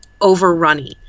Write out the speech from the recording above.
overrunny